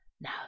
Now